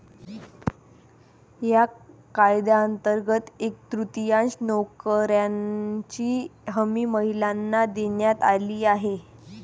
या कायद्यांतर्गत एक तृतीयांश नोकऱ्यांची हमी महिलांना देण्यात आली आहे